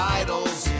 idols